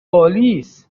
آلیس